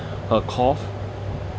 her cough